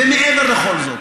ומעבר לכל זאת,